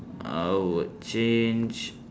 I would change